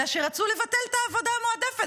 אלא שרצו לבטל את העבודה המועדפת.